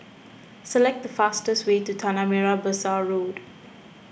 select the fastest way to Tanah Merah Besar Road